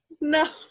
No